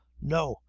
no!